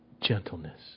gentleness